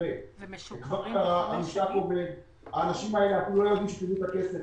מתוך האנשים האלה יש אנשים שאפילו לא יודעים שהם קיבלו את הכסף.